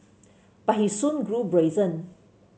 but he soon grew brazen